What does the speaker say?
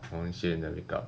honestly I never wake up